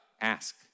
ask